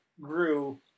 grew